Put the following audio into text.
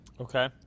Okay